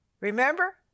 remember